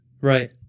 Right